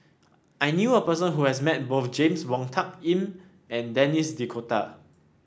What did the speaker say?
I knew a person who has met both James Wong Tuck Yim and Denis D'Cotta